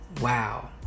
wow